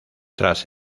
tras